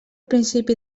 principi